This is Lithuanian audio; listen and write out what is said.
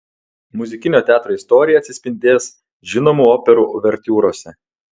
muzikinio teatro istorija atsispindės žinomų operų uvertiūrose